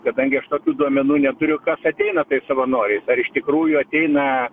kadangi aš tokių duomenų neturiu kas ateina savanoriai ar iš tikrųjų ateina